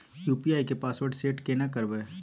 UPI के password set केना करबे?